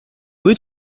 lui